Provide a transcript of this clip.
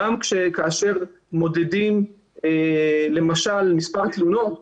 גם כאשר מודדים למשל מספר תלונות,